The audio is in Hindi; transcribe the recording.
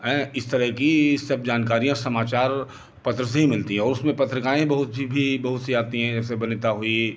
हैं इस तरह की सब जानकारियाँ समाचार पत्र से ही मिलती है और उसमें पत्रिकाएं बहुत जो कि बहुत सी आती हैं जैसे बनीता हुई